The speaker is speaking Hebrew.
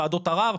וועדות ערער,